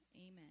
Amen